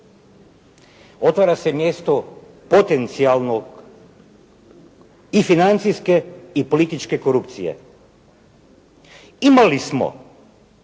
Otvara se mjesto potencijalno i financijske i političke korupcije. Imali smo